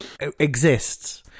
exists